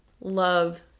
love